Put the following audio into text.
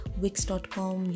wix.com